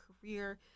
career